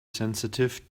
sensitive